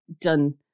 done